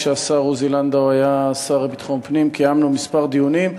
כשהשר עוזי לנדאו היה השר לביטחון פנים קיימנו כמה דיונים,